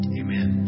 amen